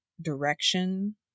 direction